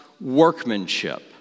workmanship